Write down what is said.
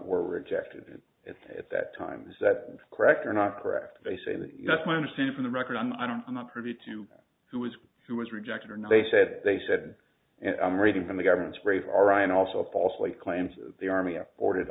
were rejected at that time is that correct or not correct they say that that's my understanding from the record and i don't i'm not privy to who was who was rejected or not they said they said and i'm reading from the government's radar and also falsely claimed the army afforded